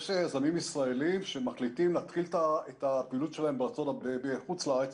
יש יזמים ישראלים שמחליטים להתחיל את הפעילות שלהם בחוץ לארץ,